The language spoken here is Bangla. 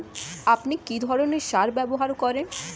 আপনি কী ধরনের সার ব্যবহার করেন?